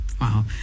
Wow